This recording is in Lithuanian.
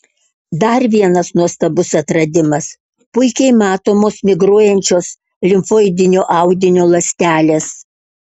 dar vienas nuostabus atradimas puikiai matomos migruojančios limfoidinio audinio ląstelės